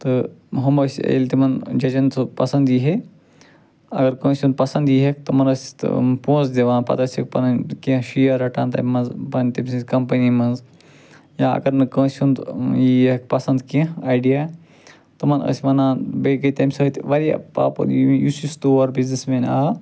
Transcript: تہٕ ہُم ٲسۍ ییٚلہِ تِمَن جَجَن سُہ پَسنٛد یی ہے اگر کانٛسہِ ہُنٛد پَسنٛد یی ہیکھ تِمَن ٲسۍ تِم پونٛسہٕ دِوان پتہٕ ٲسِکھ پَنٕنۍ کیٚنٛہہ شیر رَٹان تَمہِ منٛزٕ بَنٛد تَمہِ سٕنٛزۍ کمپنی منٛز یا اگر نہٕ کانٛسہِ ہُنٛد یی ہیکھ پَسنٛد کیٚنٛہہ آیڈیہ تِمَن ٲسۍ وَنان بیٚیہِ گٔے تَمہِ سۭتۍ واریاہ یُس یُس تور بِزنیٚس مین آو